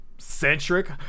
Centric